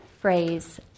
phrase